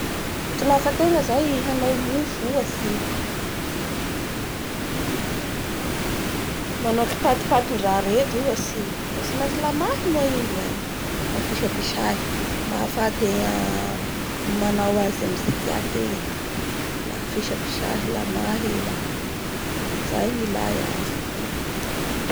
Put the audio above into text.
Lafa ategna zay hanao mofo ohatsy, manao kipatipatin-draha reto ohatsy, dia tsy maintsy lamahy moa igny zay. Afisapisahy, afahategna manao azy amin'izay tiategna la fisapisahy lamahy i la. Zay ro ila azy